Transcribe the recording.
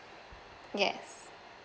yes